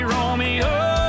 Romeo